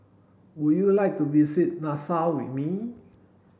would you like to visit Nassau with me